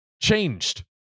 Changed